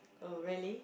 oh really